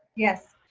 yes.